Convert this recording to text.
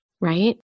Right